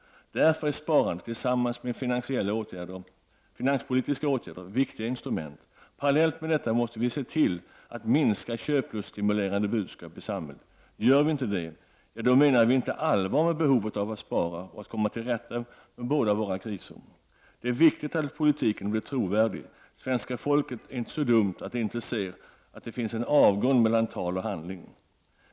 Därför är sparandet tillsammans med finanspolitiska åtgärder viktiga instrument. Parallellt med detta måste vi se till att minska köpluststimulerande budskap i samhället. Gör vi inte det, menar vi inte allvar med behovet av att spara och att komma till rätta med våra båda kriser. Det är viktigt att politiken blir trovärdig. Svenska folket är inte så dumt att det inte ser att det finns en avgrund mellan tal och handling.